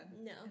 No